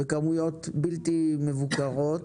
בכמויות בלתי מבוקרות,